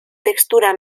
textura